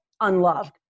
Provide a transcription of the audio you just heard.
unloved